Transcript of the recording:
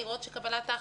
לראות שקבלת ההחלטות,